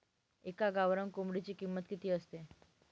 एका गावरान कोंबडीची किंमत किती असते?